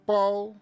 Paul